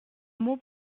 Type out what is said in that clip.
mot